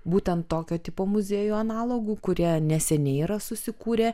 būtent tokio tipo muziejų analogų kurie neseniai yra susikūrę